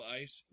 ice